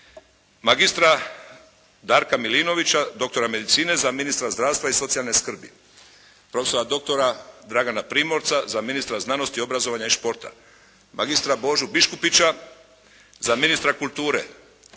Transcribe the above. magistra Darka Milinovića, doktora medicine za ministra zdravstva i socijalne skrbi, prof.dr. Dragana Primorca za ministra znanosti, obrazovanja i športa, magistra Božu Biškupića za ministra kulture,